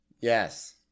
yes